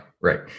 Right